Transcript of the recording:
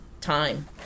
time